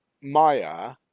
Maya